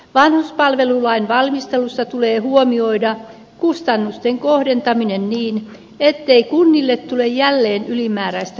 vanhuspalvelulain valmistelussa tulee huomioida kustannusten kohdentaminen niin ettei kunnille tule jälleen ylimääräistä kustannustaakkaa